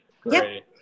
great